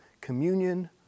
communion